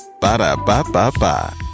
Ba-da-ba-ba-ba